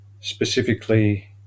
specifically